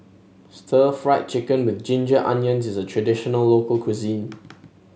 Stir Fried Chicken with Ginger Onions is a traditional local cuisine